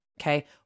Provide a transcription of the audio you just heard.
okay